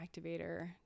activator